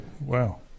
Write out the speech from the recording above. Wow